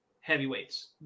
Heavyweights